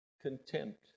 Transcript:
Contempt